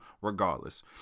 regardless